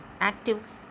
active